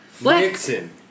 Nixon